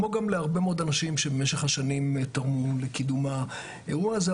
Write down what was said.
כמו גם להרבה מאוד אנשים שבמשך השנים תרמו לקידום האירוע הזה.